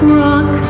rock